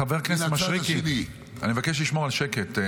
חבר הכנסת מישרקי, אני מבקש לשמור על שקט.